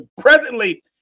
presently